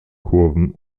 kurven